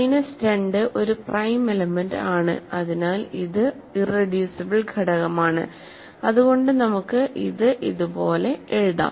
minus 2 ഒരു prime element ആണ് അതിനാൽ ഇത് ഇറെഡ്യൂസിബിൾ ഘടകമാണ് അതുകൊണ്ട് നമുക്ക് ഇത് ഇതുപോലെ എഴുതാം